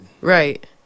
Right